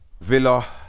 Villa